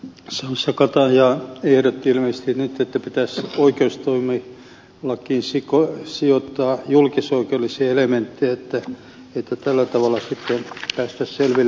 sampsa kataja ehdotti ilmeisesti että pitäisi oikeustoimilakiin sijoittaa julkisoikeudellisia elementtejä ja että tällä tavalla sitten päästäisiin selville vesille